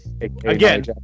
Again